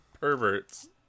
perverts